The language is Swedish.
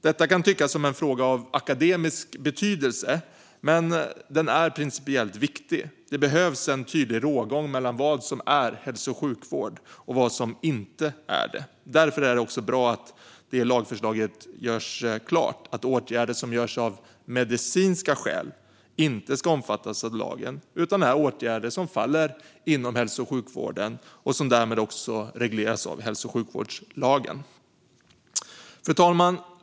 Detta kan tyckas vara en akademisk fråga, men den är principiellt viktig. Det behövs en tydlig rågång mellan vad som är hälso och sjukvård och vad som inte är det. Därför är det också bra att det i lagförslaget klargörs att åtgärder som görs av medicinska skäl inte ska omfattas av denna lag utan är åtgärder som faller inom hälso och sjukvården och som därmed regleras av hälso och sjukvårdslagen. Fru talman!